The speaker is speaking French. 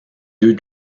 deux